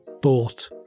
bought